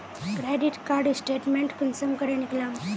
Credit card statement कुंसम करे निकलाम?